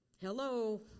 Hello